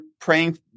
praying